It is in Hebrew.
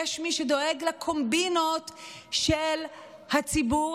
יש מי שדואג לקומבינות של הציבור